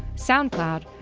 soundcloud,